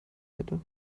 hätte